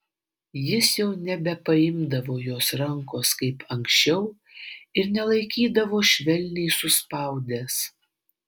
jis jau nebepaimdavo jos rankos kaip anksčiau ir nelaikydavo švelniai suspaudęs